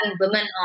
women